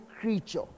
creature